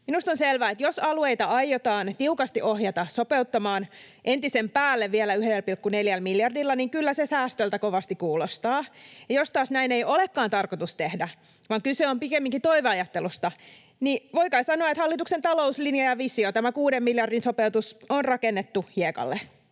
Minusta on selvää, että jos alueita aiotaan tiukasti ohjata sopeuttamaan entisen päälle vielä 1,4 miljardilla, niin kyllä se säästöltä kovasti kuulostaa. Ja jos taas näin ei olekaan tarkoitus tehdä vaan kyse on pikemminkin toiveajattelusta, niin voi kai sanoa, että hallituksen talouslinja ja visio, tämä kuuden miljardin sopeutus, on rakennettu hiekalle.